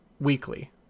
weekly